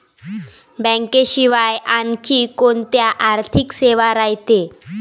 बँकेशिवाय आनखी कोंत्या आर्थिक सेवा रायते?